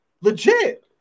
Legit